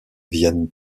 viennent